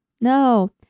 No